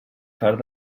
fart